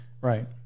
Right